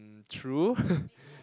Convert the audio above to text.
mm true